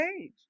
age